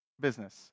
business